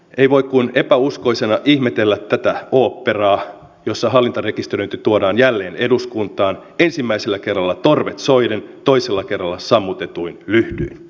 ei voi kuin epäuskoisena ihmetellä tätä oopperaa jossa hallintarekisteröinti tuodaan jälleen eduskuntaan ensimmäisellä kerralla torvet soiden toisella kerralla sammutetuin lyhdyin